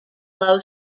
low